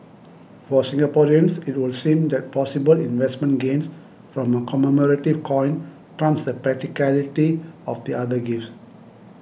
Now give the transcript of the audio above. for Singaporeans it would seem that possible investment gains from a commemorative coin trumps the practicality of the other gifts